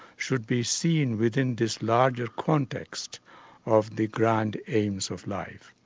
should be seen within this larger context of the grand aims of life.